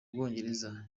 bwongereza